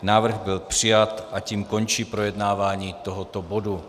Návrh byl přijat a tím končí projednávání tohoto bodu.